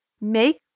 make